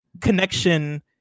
connection